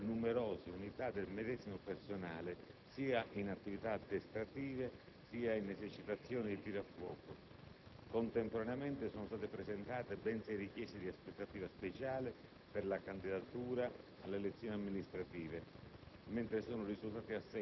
è stato necessario impiegare numerose unità del medesimo personale sia in attività addestrative, sia in esercitazioni di tiro a fuoco. Contemporaneamente sono state presentate ben sei richieste di aspettativa speciale per la candidatura alle elezioni amministrative,